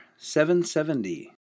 770